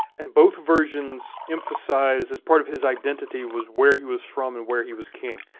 and both versions emphasize, as part of his identity, was where he was from and where he was king.